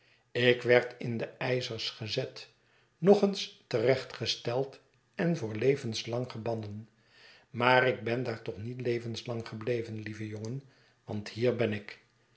ik werd in de ijzers gezet nog eens terechtgesteld en voor levenslang gebannen maar ik ben daar toch niet levenslang gebleven lieve jongen want hier ben ik